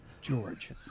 George